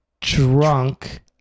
drunk